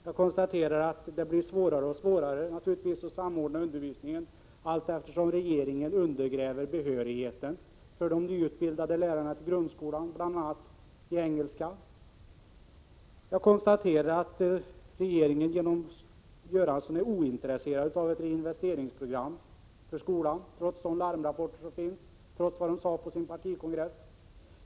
Jag konstaterar också att det naturligtvis blir svårare och svårare att samordna undervisningen allteftersom regeringen undergräver behörigheten för de nyutbildade grundskolelärarna, bl.a. i engelska. Jag konstaterar att regeringen genom Bengt Göransson visar att man är ointresserad av ett reinvesteringsprogram för skolan — och detta trots de larmrapporter som finns och trots det som socialdemokraterna sade på sin partikongress.